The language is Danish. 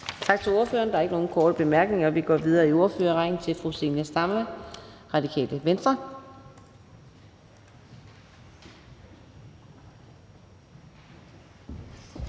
Tak til ordføreren. Der er ikke nogen korte bemærkninger, så vi går videre i ordførerrækken til fru Lise Bech fra